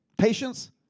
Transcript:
Patience